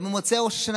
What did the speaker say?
ובמוצאי ראש השנה,